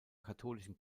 katholischen